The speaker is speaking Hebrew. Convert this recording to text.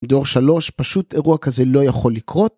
בדור 3, פשוט, אירוע כזה לא יכול לקרות.